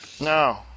No